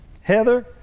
Heather